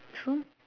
true